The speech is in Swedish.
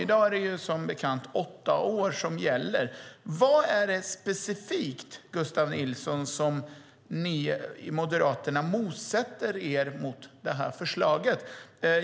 I dag är det som bekant åtta år som gäller. Vad är det specifikt, Gustav Nilsson, som ni i Moderaterna motsätter er i det här förslaget?